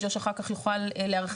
ג'וש אחר כך יוכל להרחיב,